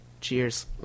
Cheers